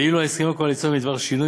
ואילו ההסכמים הקואליציוניים בדבר שינוי